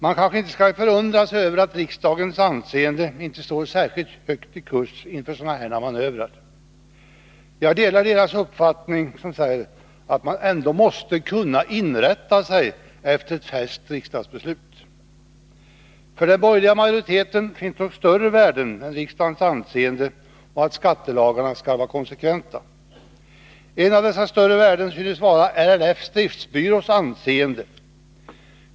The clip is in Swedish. Man kanske inte skall förundra sig över om riksdagens anseende inte står särskilt högt i kurs efter sådana manövrer. Jag instämmer med dem som har uppfattningen att man ändå måste kunna inrätta sig efter ett färskt riksdagsbeslut. För den borgerliga majoriteten finns dock större värden än riksdagens anseende och att skattelagarna skall vara konsekventa. Ett av dessa större värden synes vara LRF:s driftbyrås anseende.